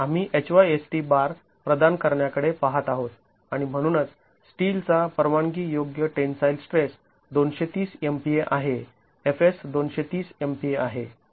आम्ही HYSD bar प्रदान करण्याकडे पहात आहोत आणि म्हणूनच स्टील चा परवानगी योग्य टेन्साईल स्ट्रेस २३० MPa आहे Fs २३० MPa आहे